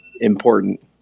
important